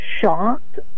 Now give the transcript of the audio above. shocked